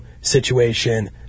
Situation